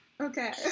okay